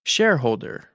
Shareholder